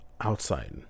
outside